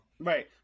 Right